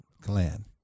clan